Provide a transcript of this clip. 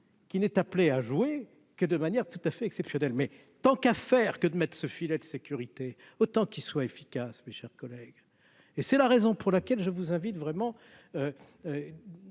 qui n'est appelé à jouer que de manière tout à fait exceptionnelle mais tant qu'à faire que de mettre ce filet de sécurité autant qu'il soit efficace, mes chers collègues, et c'est la raison pour laquelle je vous invite vraiment